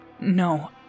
No